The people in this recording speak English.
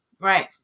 Right